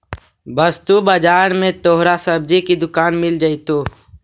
वस्तु बाजार में तोहरा सब्जी की दुकान मिल जाएतो